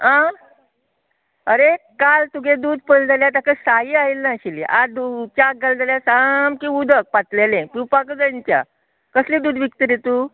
आ आरे काल तुगे दूद पळयलें जाल्यार ताका साय आयली ना आयज च्याक घाली जाल्यार सामकें उदक पातळेळें पिवपाक सुद्दां जायना ती च्या कसलें दूद विकता रे तूं